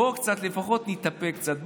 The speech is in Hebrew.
בואו נתאפק לפחות קצת,